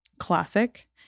Classic